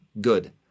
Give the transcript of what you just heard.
good